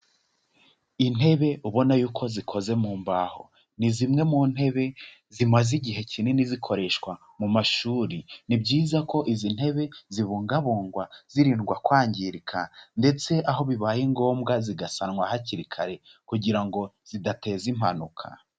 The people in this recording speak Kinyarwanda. Intebe ubona yuko zikoze mu mbaho, ni zimwe mu ntebe zimaze igihe kinini zikoreshwa mu mashuri, ni byiza ko izi ntebe zibungabungwa zirindwa kwangirika ndetse aho bibaye ngombwa zigasanwa hakiri kare, kugira ngo zidateza impanuka.